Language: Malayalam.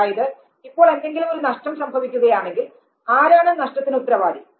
അതായത് ഇപ്പോൾ എന്തെങ്കിലും ഒരു നഷ്ടം സംഭവിക്കുകയാണെങ്കിൽ ആരാണ് നഷ്ടത്തിന് ഉത്തരവാദി